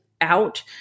out